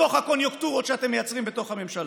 בתוך הקוניוקטורות שאתם מייצרים בתוך הממשלה?